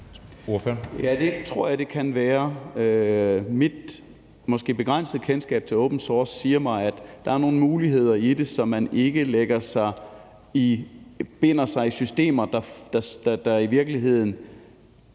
Ja, det tror det kan være. Mit måske begrænsede kendskab til open source siger mig, at der er nogle muligheder i det, så man ikke binder sig i systemer, der i virkeligheden